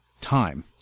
time